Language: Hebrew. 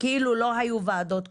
כאילו לא היו ועדות קודמות,